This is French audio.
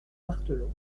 barthelon